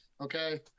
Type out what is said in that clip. okay